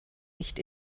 nicht